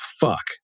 fuck